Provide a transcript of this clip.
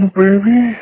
baby